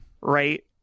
right